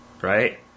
Right